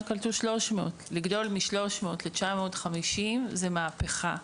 קלטו 300. לגדול מ-300 ל-950 זאת מהפכה.